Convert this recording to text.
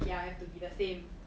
ya have to be the same